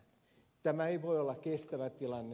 tämä ei voi olla kestävä tilanne